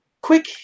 Quick